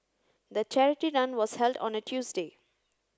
the charity run was held on a Tuesday